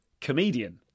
comedian